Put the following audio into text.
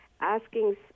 asking